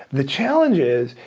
the challenge is,